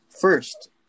First